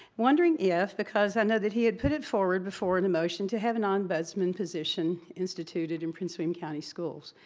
wondering if, because i know that he had put it forward before the motion to have an ombudsman position instituted in prince william county schools.